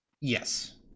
yes